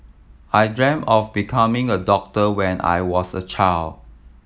I dreamt of becoming a doctor when I was a child